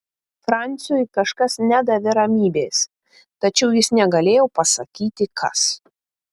franciui kažkas nedavė ramybės tačiau jis negalėjo pasakyti kas